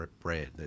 bread